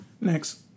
Next